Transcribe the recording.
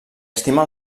estima